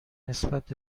نسبت